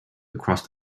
across